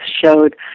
showed